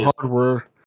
hardware